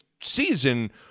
season